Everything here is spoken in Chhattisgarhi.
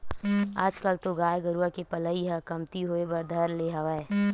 आजकल तो गाय गरुवा के पलई ह कमती होय बर धर ले हवय